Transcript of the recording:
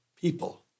people